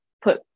put